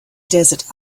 desert